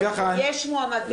יש מועמדים?